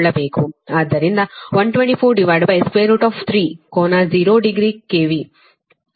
ಆದ್ದರಿಂದ 1243 ಕೋನ 0 degree KV